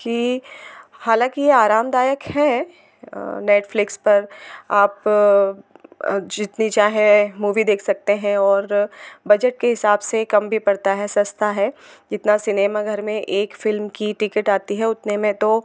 कि हालाँकि यह आरामदायक है नेटफ्लिक्स पर आप जितनी चाहे मूवी देख सकते हैं और बजट के हिसाब से कम भी पड़ता है सस्ता है जितना सिनेमाघर में एक फ़िल्म की टिकट आती है उतने में तो